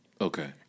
Okay